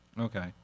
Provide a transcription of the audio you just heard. Okay